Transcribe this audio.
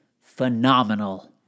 phenomenal